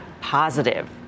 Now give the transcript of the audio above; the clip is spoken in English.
positive